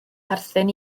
perthyn